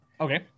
Okay